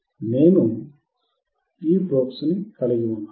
నేను ఈ ప్రోబ్స్ కలిగి ఉన్నాను